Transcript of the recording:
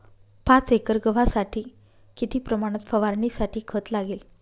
पाच एकर गव्हासाठी किती प्रमाणात फवारणीसाठी खत लागेल?